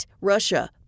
Russia